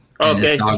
okay